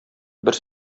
бер